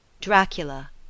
Dracula